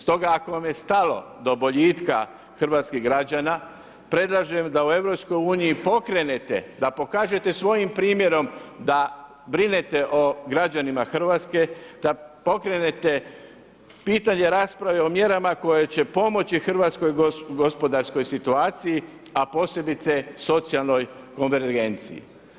Stoga, ako vam je stalo do boljitka hrvatskih građana, predlažem da u EU pokrenete, da pokažete svojim primjerom da brinete o građanima RH, da pokrenete pitanje rasprave o mjerama koje će pomoći hrvatskoj gospodarskoj situaciji, a posebice socijalnoj konvergenciji.